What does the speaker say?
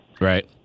Right